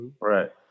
Right